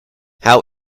how